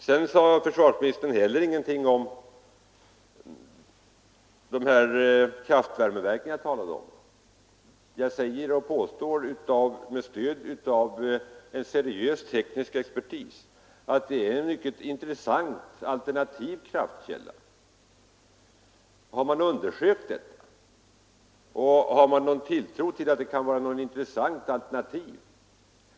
Sedan sade försvarsministern heller ingenting om kraftvärmeverk som jag talade om. Jag påstår med stöd av seriös teknisk expertis att det är en mycket intressant alternativ kraftkälla. Har man undersökt den? Har man någon tilltro till att det kan vara ett intressant alternativ?